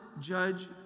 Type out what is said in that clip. judge